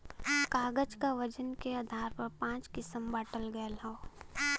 कागज क वजन के आधार पर पाँच किसम बांटल गयल हौ